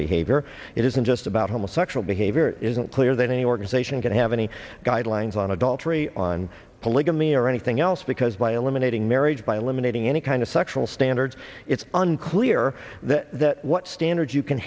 behavior it isn't just about homo sexual behavior isn't clear that any organization can have any guidelines on adultery on polygamy or anything else because by eliminating marriage by eliminating any kind of sexual standards it's unclear what standards you can